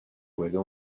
juega